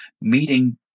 meeting